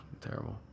Terrible